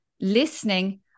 listening